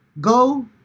go